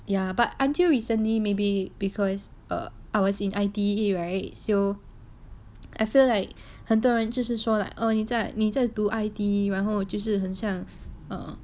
ya but until recently maybe because err I was in I_T_E right so I feel like 很多人就是说 like oh 你再你再读然后就是很像 err